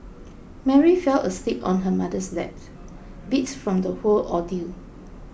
Mary fell asleep on her mother's lap beat from the whole ordeal